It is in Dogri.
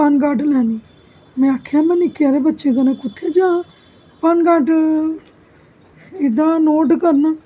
पनघट नेईं लेना में आखेआ में निक्के हारे बच्चे कन्नै कुत्थै जां पनघट इदा नोट करना